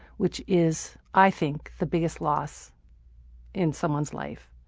which is, i think, the biggest loss in someone's life.